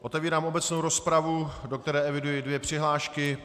Otevírám obecnou rozpravu, do které eviduji dvě přihlášky.